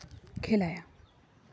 ᱠᱷᱮᱞᱟᱭᱟ